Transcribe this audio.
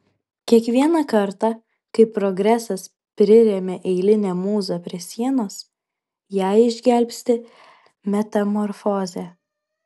kiekvieną kartą kai progresas priremia eilinę mūzą prie sienos ją išgelbsti metamorfozė